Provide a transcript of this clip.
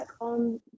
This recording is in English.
on